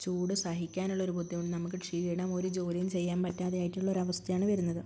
ചൂട് സഹിക്കാനുള്ളൊരു ബുദ്ധിമുട്ട് നമുക്ക് ക്ഷീണം ഒരു ജോലിയും ചെയ്യാന് പറ്റാതെയായിട്ടുള്ളൊരു അവസ്ഥയാണ് വരുന്നത്